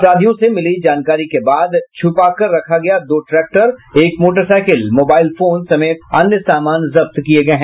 अपराधियों से मिली जानकारी के बाद छुपा कर रखा गया दो ट्रैक्टर एक मोटरसाइकिल मोबाईल फोन समेत अन्य सामान जब्त किया गया है